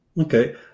Okay